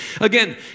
Again